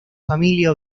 familia